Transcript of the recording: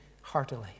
heartily